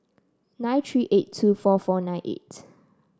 nine three eight two four four nine eight